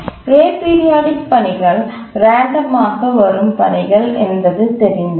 aperiodic பணிகள் random ஆக வரும் பணிகள் என்பது தெரிந்ததே